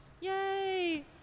Yay